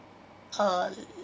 uh